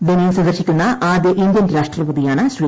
Benin സന്ദർശിക്കുന്ന ആദ്യ Indian രാഷ്ട്രപതിയാണ് ശ്രീ